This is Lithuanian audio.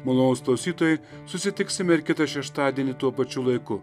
malonūs klausytojai susitiksime ir kitą šeštadienį tuo pačiu laiku